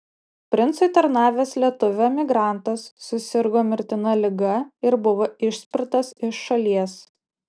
princui tarnavęs lietuvių emigrantas susirgo mirtina liga ir buvo išspirtas iš šalies